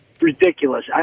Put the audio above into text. Ridiculous